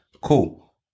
cool